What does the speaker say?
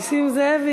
נסים זאב?